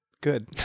Good